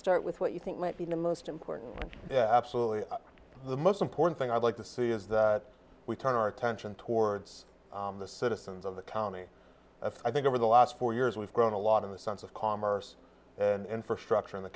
start with what you think might be the most important yeah absolutely the most important thing i'd like to see is that we turn our attention towards the citizens of the county i think over the last four years we've grown a lot in the sense of commerce and infrastructure in the